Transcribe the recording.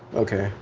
okay.